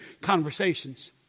conversations